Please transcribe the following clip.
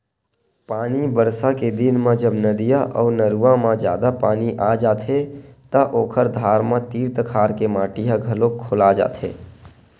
पानी बरसा के दिन म जब नदिया अउ नरूवा म जादा पानी आ जाथे त ओखर धार म तीर तखार के माटी ह घलोक खोला जाथे